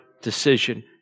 decision